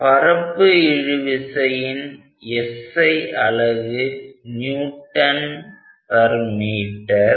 பரப்பு இழு விசையின் SI அலகு நியூட்டன்மீட்டர்